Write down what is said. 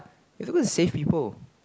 you are suppose to save people